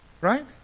Right